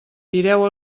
tireu